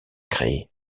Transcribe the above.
créé